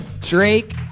Drake